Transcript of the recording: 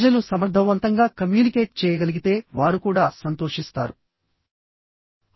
ప్రజలు సమర్థవంతంగా కమ్యూనికేట్ చేయగలిగితే వారు కూడా సంతోషిస్తారు